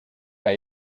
pas